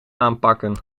aanpakken